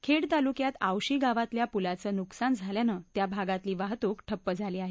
खेड तालुक्यात आवशी गावातल्या पुलाचं नुकसान झाल्यानं त्या भागातली वाहतूक ठप्प झाली आहे